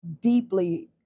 deeply